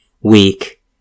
weak